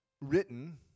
written